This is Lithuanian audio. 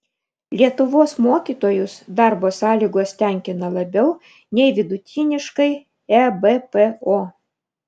lietuvos mokytojus darbo sąlygos tenkina labiau nei vidutiniškai ebpo